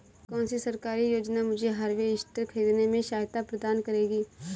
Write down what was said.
कौन सी सरकारी योजना मुझे हार्वेस्टर ख़रीदने में सहायता प्रदान करेगी?